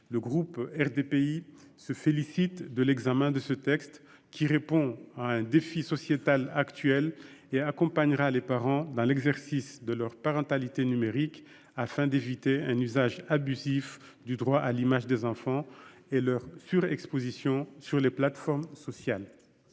Le groupe RDPI se félicite de l'examen de ce texte qui répond à un défi sociétal actuel et accompagnera les parents dans l'exercice de leur parentalité numérique, afin d'éviter un usage abusif du droit à l'image des enfants et leur surexposition sur les plateformes sociales.